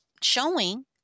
showing